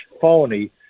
phony